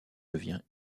devient